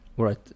right